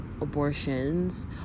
abortions